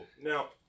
Now